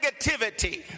negativity